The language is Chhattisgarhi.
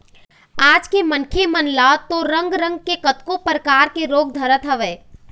आज के मनखे मन ल तो रंग रंग के कतको परकार के रोग धरत हवय